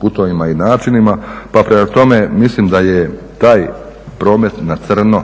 putovima i načinima, pa prema tome mislim da je taj promet na crno,